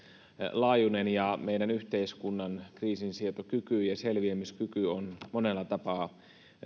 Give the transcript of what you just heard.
laajuinen meidän yhteiskuntamme kriisinsietokyky ja selviämiskyky on monella tapaa